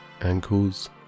ankles